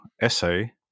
essay